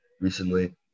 recently